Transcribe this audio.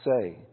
say